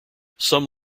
some